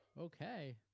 okay